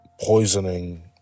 poisoning